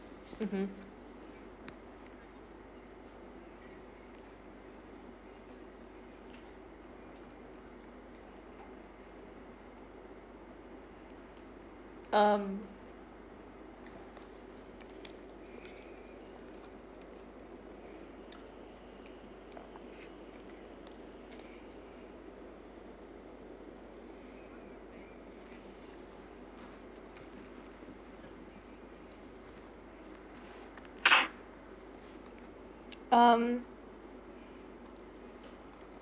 mmhmm um um